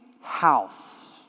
house